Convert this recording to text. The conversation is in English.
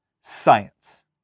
science